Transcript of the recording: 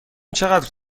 چقدر